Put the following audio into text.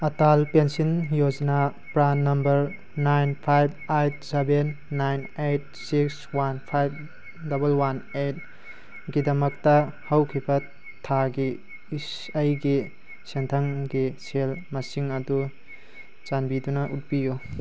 Atal pension Yojana PRAN number nine five eight seven nine eight six one five double one ꯑꯥꯏꯠꯀꯤꯗꯃꯛꯇ ꯍꯧꯈꯤꯕ ꯊꯥꯒꯤ ꯑꯩꯒꯤ ꯁꯦꯟꯊꯪꯒꯤ ꯁꯦꯜ ꯃꯁꯤꯡ ꯑꯗꯨ ꯆꯥꯟꯕꯤꯗꯨꯅ ꯎꯠꯄꯤꯌꯨ